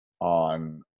on